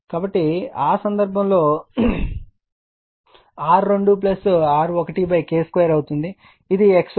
కాబట్టి ఆ సందర్భంలో R2R1 K2 అవుతుంది అది X2 X1 K2 అవుతుంది